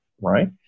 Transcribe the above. right